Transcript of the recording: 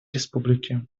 республики